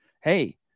hey